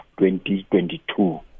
2022